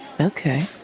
okay